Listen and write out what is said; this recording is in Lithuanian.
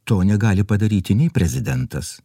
to negali padaryti nei prezidentas